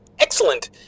Excellent